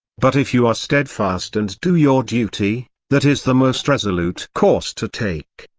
but if you are steadfast and do your duty, that is the most resolute course to take.